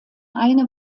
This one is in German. eine